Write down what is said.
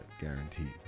guaranteed